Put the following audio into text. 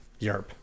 Yarp